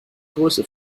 größe